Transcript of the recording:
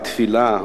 בתפילה,